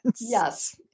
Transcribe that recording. yes